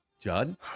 Judd